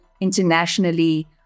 internationally